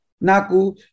Naku